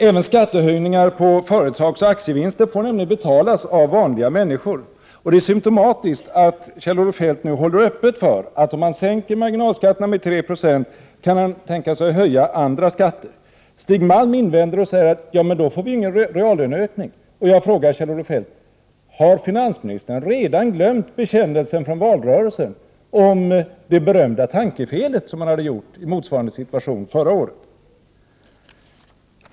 Även skattehöjningar på företags aktievinster får nämligen betalas av vanliga människor. Det är symptomatiskt att Kjell-Olof Feldt nu håller öppet för att vid en sänkning av marginalskatterna med 3 76 höja andra skatter. Stig Malm invänder att det då inte blir någon reallöneökning. Jag frågar, Kjell-Olof Feldt, har finansministern redan glömt bekännelsen från valrörelsen om det berömda tankefelet som han hade gjort i motsvarande situation förra året?